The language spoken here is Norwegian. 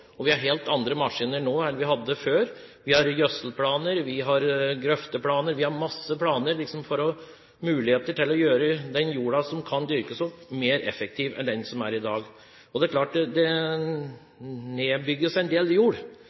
og vi har helt andre maskiner nå enn vi hadde før. Vi har gjødselplaner, vi har grøfteplaner – vi har masse planer som gir muligheter til å gjøre den jorda som kan dyrkes opp, mer effektiv enn den er i dag. Det er klart at det nedbygges en del jord.